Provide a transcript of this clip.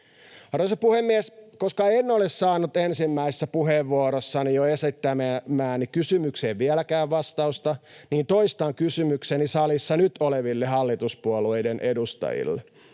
Arvoisa puhemies! Koska en ole saanut jo ensimmäisessä puheenvuorossani esittämääni kysymykseen vieläkään vastausta, toistan kysymykseni salissa nyt oleville hallituspuolueiden edustajille: